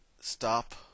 Stop